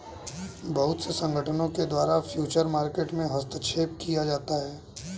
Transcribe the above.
बहुत से संगठनों के द्वारा फ्यूचर मार्केट में हस्तक्षेप किया जाता है